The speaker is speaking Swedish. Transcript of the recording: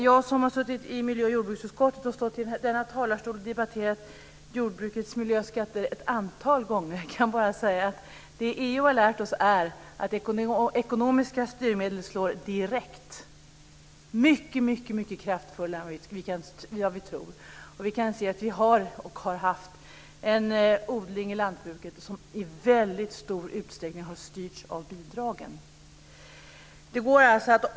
Jag, som har suttit i miljö och jordbruksutskottet och stått i denna talarstol och debatterat jordbrukets miljöskatter ett antal gånger, kan bara säga att det EU har lärt oss är att ekonomiska styrmedel slår direkt. De är mycket mer kraftfulla än vad vi tror. Vi kan se att odlingen i lantbruket i väldigt stor utsträckning har styrts av bidragen.